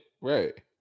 Right